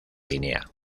guinea